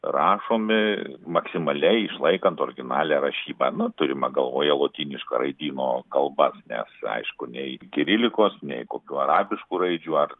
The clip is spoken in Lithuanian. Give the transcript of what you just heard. rašomi maksimaliai išlaikant originalią rašybą nu turima galvoje lotyniško raidyno kalbas nes aišku nei kirilikos nei kokių arabiškų raidžių ar